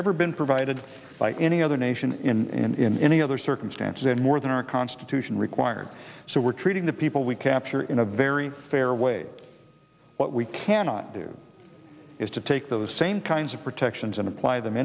ever been provided by any other nation in any other circumstance any more than our constitution requires so we're treating the people we capture in a very fair way what we cannot do is to take those same kinds of protections and apply them